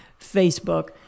facebook